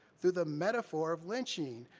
through the metaphor of lynching,